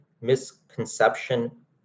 misconception